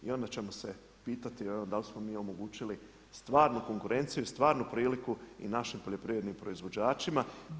I onda ćemo se pitati da li smo mi omogućili stvarnu konkurenciju, stvarnu priliku i našim poljoprivrednim proizvođačima.